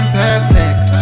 perfect